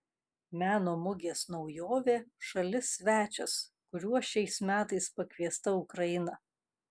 meno mugės naujovė šalis svečias kuriuo šiais metais pakviesta ukraina